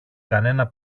κανένα